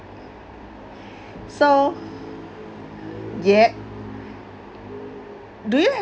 so yeap do you have